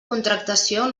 contractació